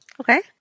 okay